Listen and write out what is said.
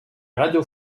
radios